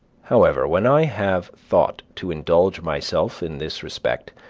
however, when i have thought to indulge myself in this respect,